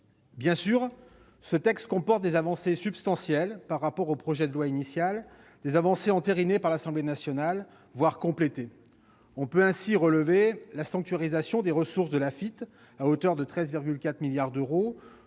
Bien sûr, ce texte comporte des avancées substantielles par rapport au projet de loi initial, des avancées entérinées, voire complétées, par l'Assemblée nationale. On peut ainsi relever la sanctuarisation des ressources de l'Afitf, à hauteur de 13,4 milliards d'euros-